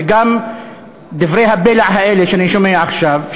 וגם דברי הבלע האלה שאני שומע עכשיו,